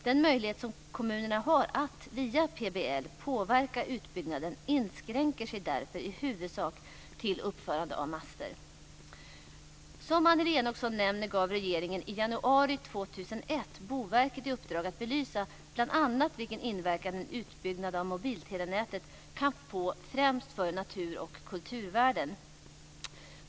Den möjlighet som kommunerna har att via PBL påverka utbyggnaden inskränker sig därför i huvudsak till uppförande av master. Som Annelie Enochson nämner gav regeringen i januari 2001 Boverket i uppdrag att belysa bl.a. vilken inverkan en utbyggnad av mobiltelenätet kan få för främst natur och kulturvärden.